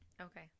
Okay